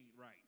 right